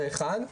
זה אחד,